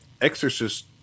Exorcist